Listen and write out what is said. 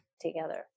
together